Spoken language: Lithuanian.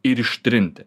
ir ištrinti